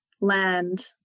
land